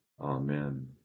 Amen